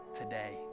today